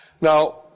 Now